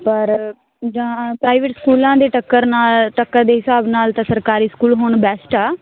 ਪਰ ਜਾਂ ਪ੍ਰਾਈਵੇਟ ਸਕੂਲਾਂ ਦੀ ਟੱਕਰ ਨਾ ਟੱਕਰ ਦੇ ਹਿਸਾਬ ਨਾਲ ਤਾਂ ਸਰਕਾਰੀ ਸਕੂਲ ਹੁਣ ਬੈਸਟ ਆ